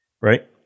Right